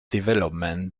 development